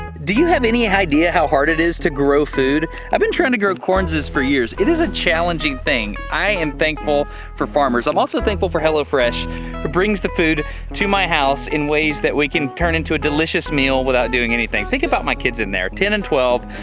do you have any ah idea how hard it is to grow food? i've been trying to grow corns for years, it is a challenging thing. i am thankful for farmers. i'm also thankful for hello fresh, who brings the food to my house in ways we can turn into a delicious meal, without doing anything. think about my kids in there. ten and twelve,